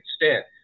extent